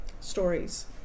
Stories